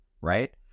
right